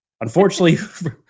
Unfortunately